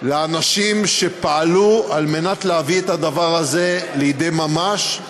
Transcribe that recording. לאנשים שפעלו על מנת להביא את הדבר הזה לידי ממש,